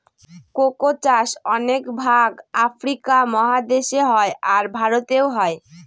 cocoa চাষ অনেক ভাগ আফ্রিকা মহাদেশে হয়, আর ভারতেও হয়